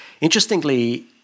interestingly